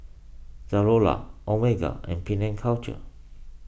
Zalora Omega and Penang Culture